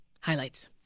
Highlights